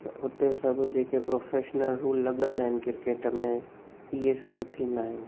त हुते सभु जेके प्रोफेशनल रूल लॻंदा आहिनि क्रिकेट में इहे सभु थींदा आहिनि